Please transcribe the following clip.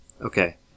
okay